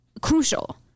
crucial